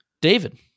David